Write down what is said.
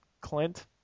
Clint